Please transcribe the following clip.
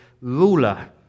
ruler